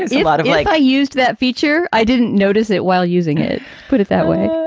a lot of like i used that feature. i didn't notice it while using it put it that way.